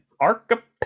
archipelago